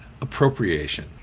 appropriation